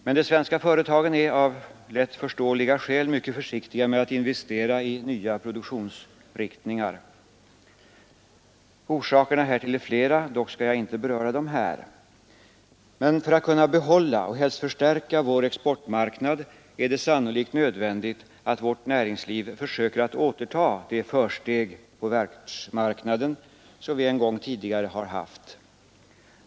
Men de svenska företagen är av lätt förståeliga skäl mycket försiktiga med att investera i nya produktionsriktningar. Orsakerna härtill är flera. Dock skall jag inte beröra dem här. Men för att vi skall kunna behålla, och helst förstärka, vår exportmarknad är det sannolikt nödvändigt att vårt näringsliv försöker återta det försteg på världsmarknaden som vi en gång tidigare har haft.